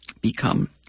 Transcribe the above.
become